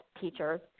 teachers